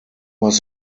was